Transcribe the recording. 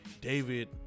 David